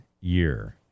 year